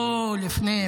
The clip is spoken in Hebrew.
לא, לפני.